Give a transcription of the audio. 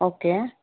okay